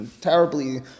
terribly